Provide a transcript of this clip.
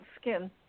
skin